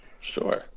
Sure